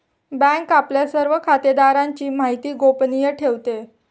bank आपल्या सर्व खातेदारांची माहिती गोपनीय ठेवते